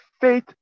Faith